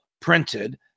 printed